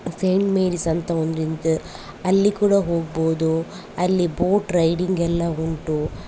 Saint Mary's ಅಂತ ಒಂದು ಅಲ್ಲಿ ಕೂಡ ಹೋಗ್ಬೋದು ಅಲ್ಲಿ ಬೋಟ್ ರೈಡಿಂಗ್ ಎಲ್ಲ ಉಂಟು